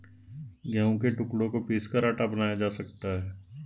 गेहूं के टुकड़ों को पीसकर आटा बनाया जा सकता है